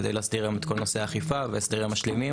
כדי להסדיר היום את כל נושא האכיפה וההסדרים המשלימים,